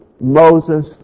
Moses